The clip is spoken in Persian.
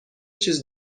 چیز